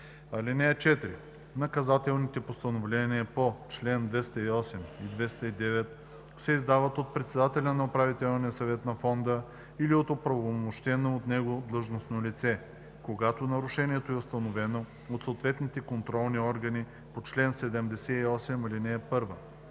4: „(4) Наказателните постановления по чл. 208 и 209 се издават от председателя на управителния съвет на фонда или от оправомощено от него длъжностно лице, когато нарушението е установено от съответните контролни органи по чл. 78, ал. 1.“